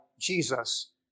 Jesus